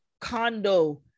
condo